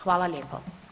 Hvala lijepo.